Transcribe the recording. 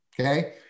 okay